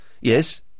Yes